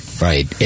right